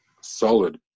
solid